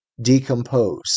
decompose